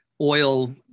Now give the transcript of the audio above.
oil